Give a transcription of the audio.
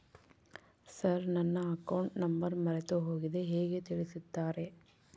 Sir ನನ್ನ account number ಮರೆತುಹೋಗಿದೆ ಹೇಗೆ ತಿಳಿಸುತ್ತಾರೆ?